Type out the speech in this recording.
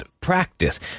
practice